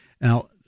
Now